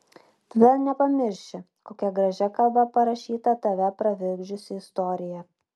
tada nepamirši kokia gražia kalba parašyta tave pravirkdžiusi istorija